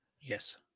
Yes